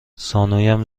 زانویم